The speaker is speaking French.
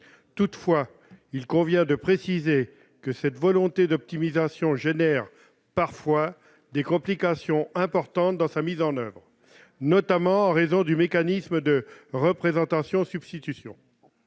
toutefois, il convient de préciser que cette volonté d'optimisation génère parfois des complications importantes dans sa mise en oeuvre, notamment en raison du mécanisme de représentation substitution